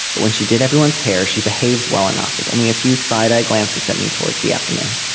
but when she did everyone's hair she behaved well enough with only a few side eye glances at me towards the afternoon.